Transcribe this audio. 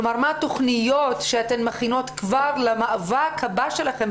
כלומר מה התוכניות שאתן מכינות כבר למאבק הבא שלכן,